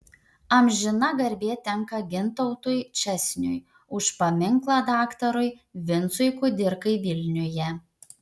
amžina garbė tenka gintautui česniui už paminklą daktarui vincui kudirkai vilniuje